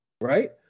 right